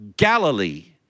Galilee